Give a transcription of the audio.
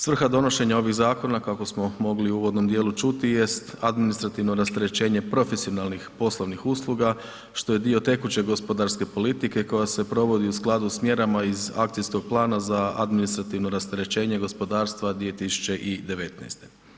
Svrha donošenja ovih zakona kako smo mogli u uvodnom djelu čuti jest administrativno rasterećenje profesionalnih poslovnih usluga što je dio tekuće gospodarske politike koja se provodi u skladu sa mjerama iz akcijskog plana za administrativno rasterećenje gospodarstva 2019.